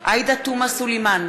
עאידה תומא סלימאן,